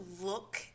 look